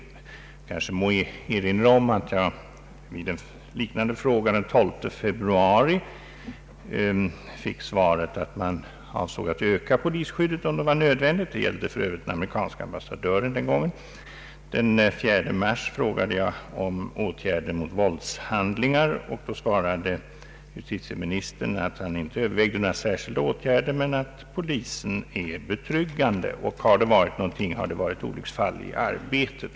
Jag må kanske erinra om att jag på en liknande fråga den 12 februari fick svaret att man avsåg att öka polisskyddet, om det var nödvändigt. Den gången gällde det för övrigt den amerikanske ambassadören. Den 4 mars frågade jag om åtgärder mot våldshandlingar. Då svarade justitieministern att han inte övervägde några särskilda åtgärder och att polisskyddet är betryggande. Om det inträffat något speciellt hade det varit olycksfall i arbetet.